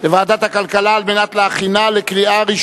אבל בסופו של דבר, אחרי שהמשטרה ביררה,